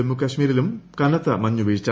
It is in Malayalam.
ജമ്മുകശ്മീരിലും കനത്ത മഞ്ഞുവീഴ്ച